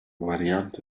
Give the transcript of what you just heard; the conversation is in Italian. variante